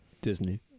Disney